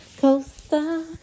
coaster